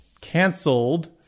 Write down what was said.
canceled